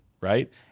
right